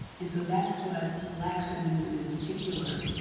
and so that's what black feminism in particular